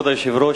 כבוד היושב-ראש,